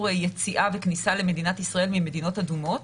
יציאה וכניסה למדינת ישראל ממדינות אדומות.